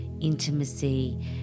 intimacy